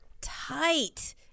tight